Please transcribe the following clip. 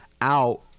out